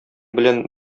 белән